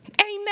Amen